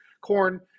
corn